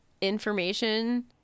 information